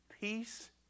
Peace